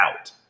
out